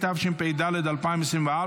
התשפ"ד 2024,